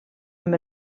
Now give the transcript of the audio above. amb